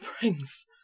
brings